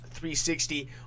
360